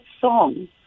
song